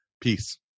Peace